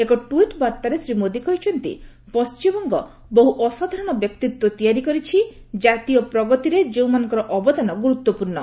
ଏକ ଟ୍ୱିଟ୍ ବାର୍ତ୍ତାରେ ଶ୍ରୀ ମୋଦି କହିଛନ୍ତି ପଣ୍ଢିମବଙ୍ଗ ବହୁ ଅସାଧାରଣ ବ୍ୟକ୍ତିତ୍ୱ ତିଆରି କରିଛି ଜାତୀୟ ପ୍ରଗତିରେ ଯେଉଁମାନଙ୍କର ଅବଦାନ ଗୁରୁତ୍ୱପୂର୍ଣ୍ଣ